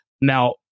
Now